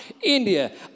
India